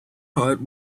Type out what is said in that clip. hard